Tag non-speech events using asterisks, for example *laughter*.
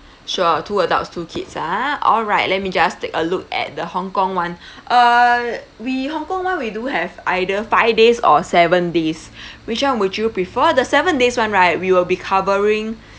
sure two adults two kids ah alright let me just take a look at the hong kong [one] *breath* uh we hong kong [one] we do have either five days or seven days *breath* which [one] would you prefer the seven days [one] right we will be covering